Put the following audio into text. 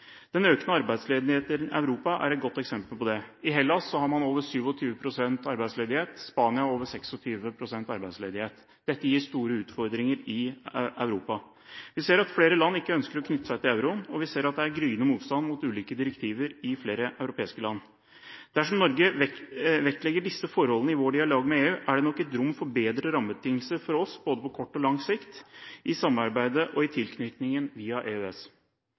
Den økende arbeidsledigheten i Europa er et godt eksempel på det. I Hellas har man over 27 pst. arbeidsledighet, i Spania over 26 pst. Dette gir store utfordringer i Europa. Vi ser at flere land ikke ønsker å knytte seg til euroen, og vi ser at det er gryende motstand mot ulike direktiver i flere europeiske land. Dersom Norge vektlegger disse forholdene i vår dialog med EU, er det rom for bedre rammebetingelser for oss på både kort og lang sikt i samarbeidet og i tilknytningen via EØS.